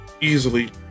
easily